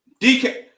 dk